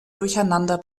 durcheinander